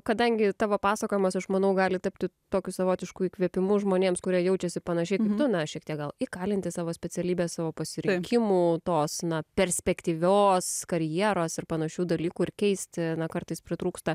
kadangi tavo pasakojimas aš manau gali tapti tokiu savotišku įkvėpimu žmonėms kurie jaučiasi panašiai nu šiek tiek gal įkalinti savo specialybėj savo pasirinkimų tos na perspektyvios karjeros ir panašių dalykų ir keisti kartais pritrūksta